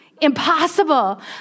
Impossible